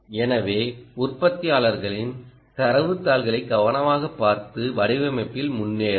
எனவே உற்பத்தியாளரின் தரவுத் தாள்களை கவனமாகப் பார்த்து வடிவமைப்பில் முன்னேறவும்